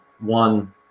one